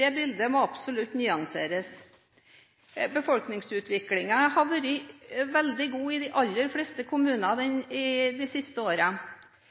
Det bildet må absolutt nyanseres. Befolkningsutviklingen har vært veldig god i de aller fleste kommuner i de siste